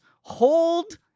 Hold